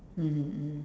mmhmm mmhmm